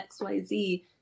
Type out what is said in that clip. xyz